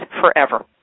forever